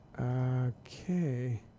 Okay